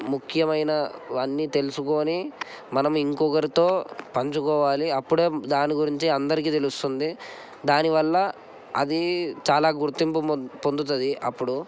ముఖ్యమైనవి అన్నీ తెలుసుకొని మనం ఇంకొకరితో పంచుకోవాలి అప్పుడే దాని గురించి అందరికీ తెలుస్తుంది దానివల్ల అదీ చాలా గుర్తింపు పొన్ పొందుతుంది అప్పుడు